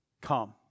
Come